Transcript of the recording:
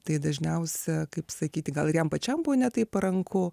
tai dažniausia kaip sakyti gal ir jam pačiam buvo ne taip paranku